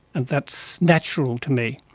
and that's natural to me.